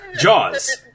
Jaws